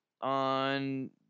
on